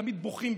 תמיד בוכים,